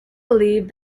believed